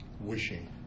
wishing